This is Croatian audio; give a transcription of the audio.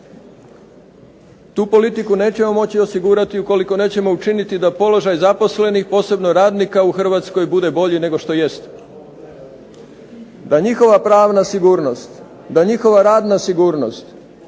tu politiku nećemo moći osigurati ukoliko nećemo učiniti da položaj zaposlenih posebno radnika u Hrvatskoj bude bolji nego što jest, da njihova pravna sigurnost, da njihova radna sigurnost